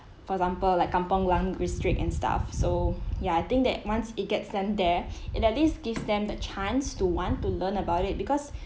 for example like kampong glam and stuff so yeah I think that once it gets them there it at least gives them the chance to want to learn about it because